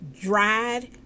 dried